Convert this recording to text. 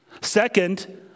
Second